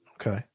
Okay